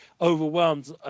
overwhelmed